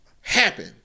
happen